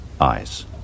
eyes